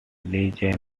legion